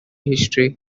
history